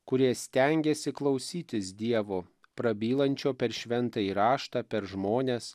kurie stengėsi klausytis dievo prabylančio per šventąjį raštą per žmones